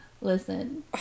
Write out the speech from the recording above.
Listen